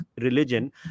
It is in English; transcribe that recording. religion